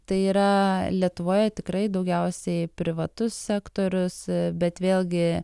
tai yra lietuvoje tikrai daugiausiai privatus sektorius bet vėlgi